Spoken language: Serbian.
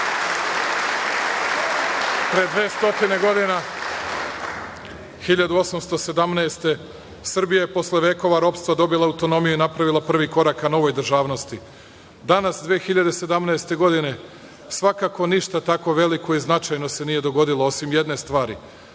200 godina, 1817. godine, Srbija je posle vekova ropstva dobila autonomiju i napravila prvi korak ka novoj državnosti. Danas 2017. godine svakako ništa tako veliko i značajno se nije dogodilo, osim jedne stvari